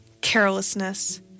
carelessness